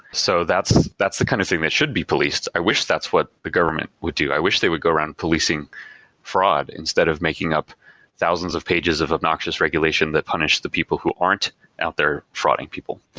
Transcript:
so that's that's the kind of thing. they should be policed. i wish that's what the government would do. i wish they would go around policing fraud instead of making up thousands of pages of obnoxious regulation that punish the people who aren't out there frauding people.